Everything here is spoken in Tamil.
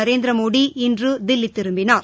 நரேந்திரமோடி இன்று தில்லி திரும்பினார்